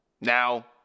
Now